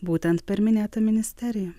būtent per minėtą ministeriją